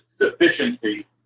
efficiency